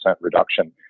reduction